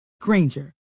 Granger